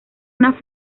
una